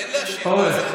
אין להשיב.